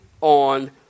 on